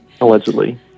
Allegedly